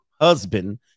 Husband